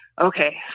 okay